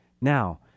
Now